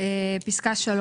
פסקה (3).